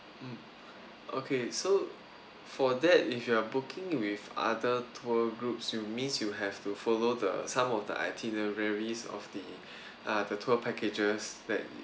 mm okay so for that if you are booking with other tour groups it means you have to follow the some of the itineraries of the uh the tour packages that